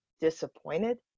disappointed